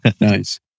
Nice